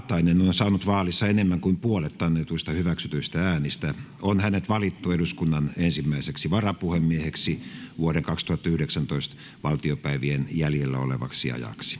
saanut vaalissa enemmän kuin puolet annetuista hyväksytyistä äänistä on hänet valittu eduskunnan ensimmäiseksi varapuhemieheksi vuoden kaksituhattayhdeksäntoista valtiopäivien jäljellä olevaksi